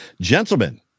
Gentlemen